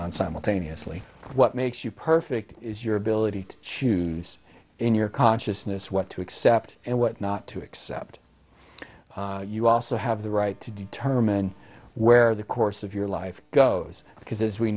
on simultaneously what makes you perfect is your ability to choose in your consciousness what to accept and what not to accept you also have the right to determine where the course of your life goes because as we